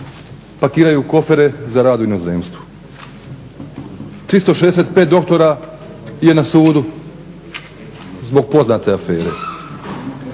pakiraju kofere za rad u inozemstvu. 365 doktora je na sudu zbog poznate afere.